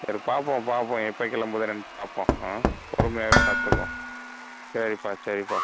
சரி பார்ப்போம் பார்ப்போம் எப்போ கிளம்புது என்னென்னு பார்ப்போம் ஆ பொறுமையாகவே பார்த்துக்குவோம் சரிப்பா சரிப்பா